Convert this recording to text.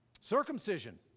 Circumcision